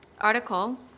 article